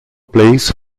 place